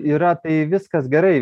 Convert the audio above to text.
yra tai viskas gerai